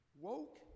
Woke